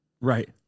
Right